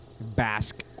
bask